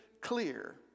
clear